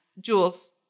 Jules